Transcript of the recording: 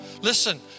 Listen